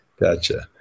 Gotcha